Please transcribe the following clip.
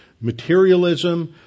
materialism